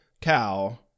cow